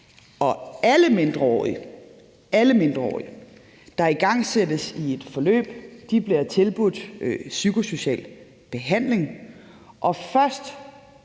og alle mindreårige, der igangsættes i et forløb, bliver tilbudt psykosocial behandling, og først